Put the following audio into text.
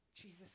Jesus